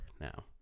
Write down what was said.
Now